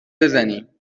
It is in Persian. بزنیم